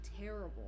terrible